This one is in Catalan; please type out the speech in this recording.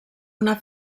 una